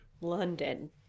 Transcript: London